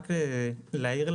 רק להעיר,